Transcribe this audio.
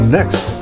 Next